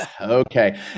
okay